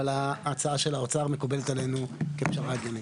אבל ההצעה של האוצר מקובלת עלינו כפשרה הגיונית.